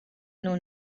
know